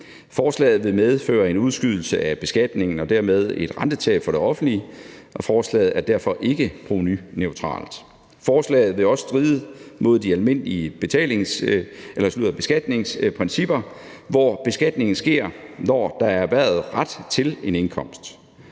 Forslaget vil medføre en udskydelse af beskatningen og dermed et rentetab for det offentlige, og forslaget er derfor ikke provenuneutralt. Forslaget vil også stride mod de almindelige beskatningsprincipper, hvor beskatningen sker, når der er erhvervet ret til en indkomst.